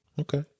Okay